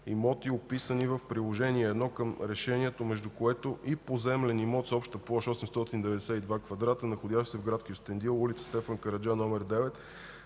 имоти, описани в Приложение № 1 към Решението, между които и поземлен имот с обща площ 892 квадрата, находящ се в град Кюстендил, ул. „Стефан Караджа” № 9,